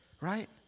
Right